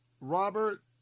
Robert